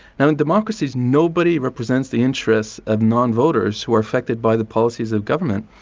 now in democracies, nobody represents the interests of non-voters, who are affected by the policies of government,